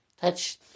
touch